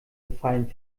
gefallen